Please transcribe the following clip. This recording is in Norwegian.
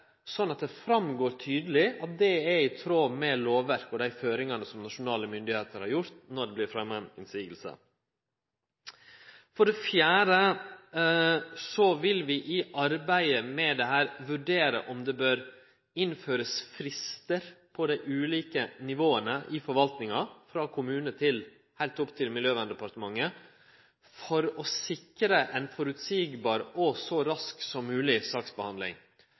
at det går tydeleg fram at det er i tråd med lovverket og dei føringane som nasjonale myndigheiter legg, når det vert fremja ei motsegn. For det fjerde vil vi i arbeidet med dette vurdere om det bør innførast fristar på dei ulike nivåa i forvaltinga, frå kommune og heilt opp til Miljøverndepartementet, for å sikre ei føreseieleg og så rask som mogleg saksbehandling.